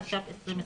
התש"ף 2020,